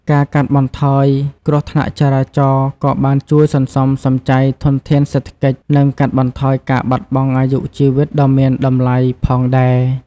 ការកាត់បន្ថយគ្រោះថ្នាក់ចរាចរណ៍ក៏បានជួយសន្សំសំចៃធនធានសេដ្ឋកិច្ចនិងកាត់បន្ថយការបាត់បង់អាយុជីវិតដ៏មានតម្លៃផងដែរ។